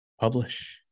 Publish